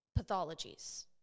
pathologies